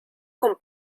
con